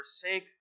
forsake